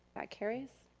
that carries.